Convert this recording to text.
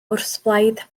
wrthblaid